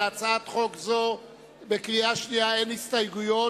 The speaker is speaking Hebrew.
להצעת חוק זו בקריאה שנייה אין הסתייגויות,